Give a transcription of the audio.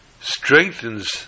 strengthens